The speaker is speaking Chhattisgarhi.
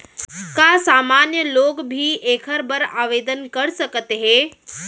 का सामान्य लोग भी एखर बर आवदेन कर सकत हे?